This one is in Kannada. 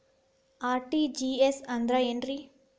ಆರ್.ಟಿ.ಜಿ.ಎಸ್ ಅಂದ್ರ ಏನ್ರಿ?